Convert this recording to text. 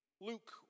Luke